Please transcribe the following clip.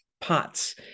pots